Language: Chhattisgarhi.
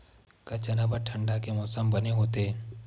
का चना बर ठंडा के मौसम बने होथे?